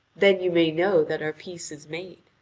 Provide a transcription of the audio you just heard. then you may know that our peace is made.